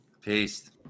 peace